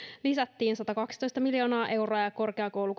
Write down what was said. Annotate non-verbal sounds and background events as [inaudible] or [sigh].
lisättiin satakaksitoista miljoonaa euroa ja ja korkeakoulu [unintelligible]